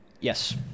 Yes